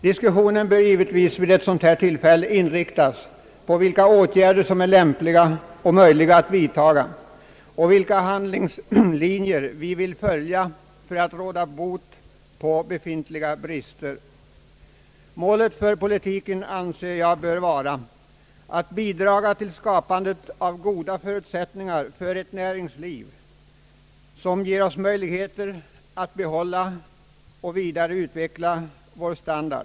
Diskussionen bör givetvis vid ett sådant här tillfälle inriktas på vilka åtgärder som är möjliga och lämpliga att vidtaga och på vilka handlingslinjer vi vill följa för att råda bot på befintliga brister. Målet för politiken anser jag bör vara att bidraga till skapande av goda förutsättningar för ett näringsliv, som ger oss möjligheter att behålla och vidare utveckla vår standard.